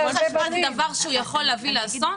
שניתוק חשמל זה דבר שיכול להביא לאסון?